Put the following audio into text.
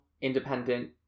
independent